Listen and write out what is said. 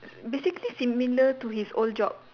basically similar to his old job